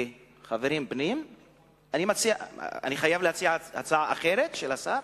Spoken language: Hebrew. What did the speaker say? אני חייב להציע הצעה אחרת מזו של השר?